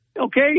Okay